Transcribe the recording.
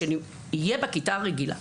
כשיהיה בכיתה הרגילה,